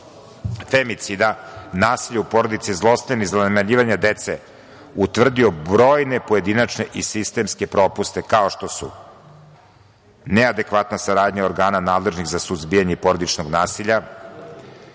femicida, nasilja u porodici, zlostavljanja i zanemarivanja dece utvrdio brojne pojedinačne i sistemske propuste, kao što su neadekvatna saradnja organa nadležnih za suzbijanje porodičnog nasilja,